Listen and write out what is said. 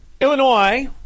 Illinois